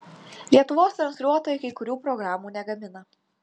lietuvos transliuotojai kai kurių programų negamina